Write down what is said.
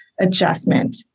adjustment